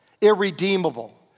irredeemable